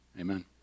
amen